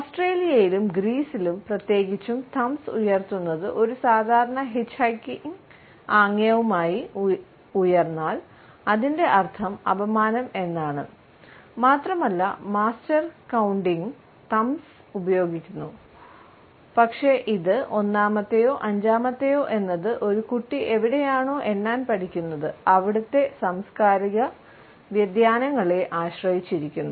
ഓസ്ട്രേലിയയിലും ഉപയോഗിക്കുന്നു പക്ഷേ ഇത് ഒന്നാമത്തെയോ അഞ്ചാമത്തെയോ എന്നത് ഒരു കുട്ടി എവിടെയാണോ എണ്ണാൻ പഠിക്കുന്നത് അവിടുത്തെ സാംസ്കാരിക വ്യതിയാനങ്ങളെ ആശ്രയിച്ചിരിക്കുന്നു